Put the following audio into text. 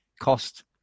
cost